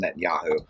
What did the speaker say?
Netanyahu